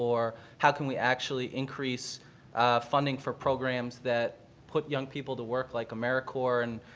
or how can we actually increase funding for programs that put young people to work like americorps and,